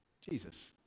Jesus